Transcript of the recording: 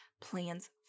plans